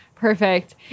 perfect